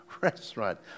restaurant